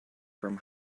from